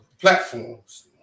platforms